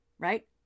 Right